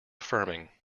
affirming